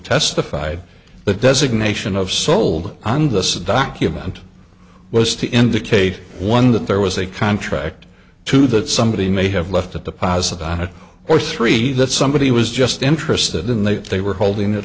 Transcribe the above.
testified that designation of sold on the saddam and was to indicate one that there was a contract to that somebody may have left at the positive on it or three that somebody was just interested in they they were holding it